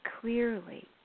clearly